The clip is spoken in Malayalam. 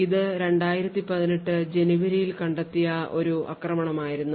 ഇത് 2018 ജനുവരിയിൽ കണ്ടെത്തിയ ഒരു ആക്രമണമായിരുന്നു